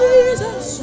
Jesus